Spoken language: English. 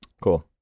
cool